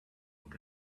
out